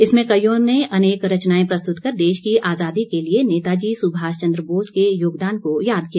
इसमें कवियों ने अनेक रचनाएं प्रस्तुत कर देश की आज़ादी के लिए नेताजी सुभाष चंद्र बोस के योगदान को याद किया